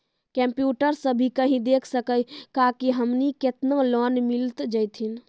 Computer सा भी कही देख सकी का की हमनी के केतना लोन मिल जैतिन?